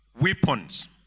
weapons